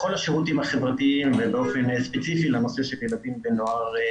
לכל השירותים החברתיים ובאופן ספציפי לנושא של ילדים ונוער בסיכון.